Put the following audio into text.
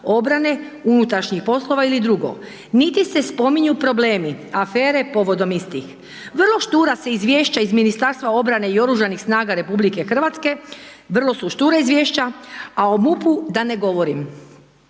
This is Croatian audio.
obrane, unutrašnjih poslova ili drugo, niti se spominju problemi, afere povodom istih. Vrlo štura se izvješća iz Ministarstva obrane i oružanih snaga RH, vrlo su štura izvješća, a o MUP-u da ne govorim.